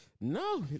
No